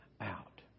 out